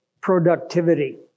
productivity